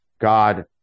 God